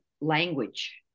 language